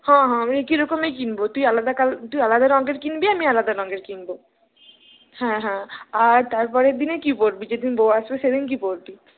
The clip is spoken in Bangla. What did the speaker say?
হাঁ হাঁ একইরকমই কিনবো তুই আলাদা কালার তুই আলাদা রঙের কিনবি আমি আলাদা রঙের কিনবো হ্যাঁ হ্যাঁ আর তারপরের দিনে কী পরবি যেদিন বউ আসবে সেদিন কী পরবি